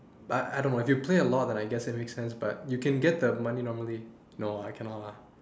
but I don't know if you play a lot then I guess it makes sense but you can get that money normally no I cannot lah